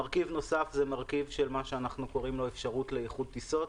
מרכיב נוסף הוא של אפשרות לאיחוד טיסות.